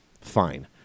fine